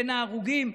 בין ההרוגים,